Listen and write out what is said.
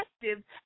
effective